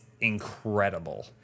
incredible